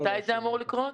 מתי זה אמור לקרות?